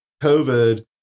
COVID